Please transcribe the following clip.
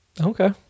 Okay